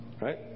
Right